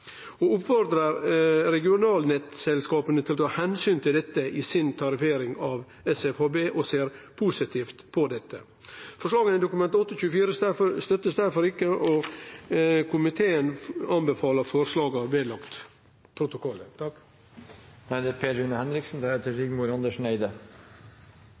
og oppfordrar regionalnettselskapa til å ta omsyn til dette i si tariffering av SFHB. Komiteen ser positivt på dette. Forslaga i Dokument 8:24 S blir derfor ikkje støtta, og komiteen rår til at forslaga